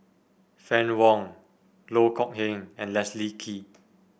Fann Wong Loh Kok Heng and Leslie Kee